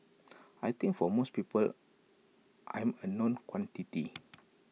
I think for most people I'm A known quantity